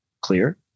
Clear